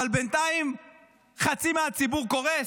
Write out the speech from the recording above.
אבל בינתיים חצי מהציבור קורס.